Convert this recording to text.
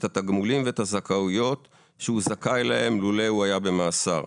התגמולים והזכאויות שהוא זכאי להן לולא הוא היה במאסר?